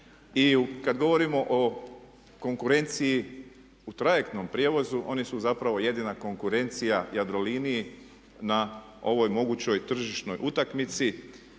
I kad govorimo o konkurenciji u trajektnom prijevozu oni su zapravo jedina konkurencija Jadroliniji na ovoj mogućoj tržišnoj utakmici.